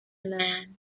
man